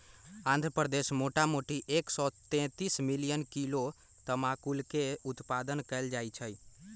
आंध्र प्रदेश मोटामोटी एक सौ तेतीस मिलियन किलो तमाकुलके उत्पादन कएल जाइ छइ